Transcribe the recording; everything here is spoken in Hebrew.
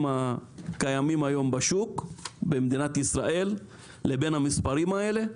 הקיימים היום בשוק במדינת ישראל לבין המספרים האלה?